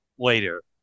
later